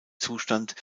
zustand